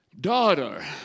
daughter